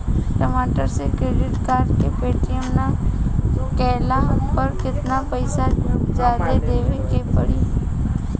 Time से credit card के payment ना कैला पर केतना पईसा जादे देवे के पड़ी?